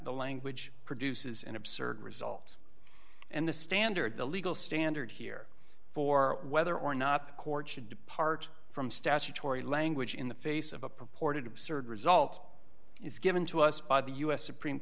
the language produces an absurd result and the standard the legal standard here for whether or not the court should depart from statutory language in the face of a purported absurd result is given to us by the u s supreme